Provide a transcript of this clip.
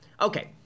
Okay